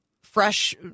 fresh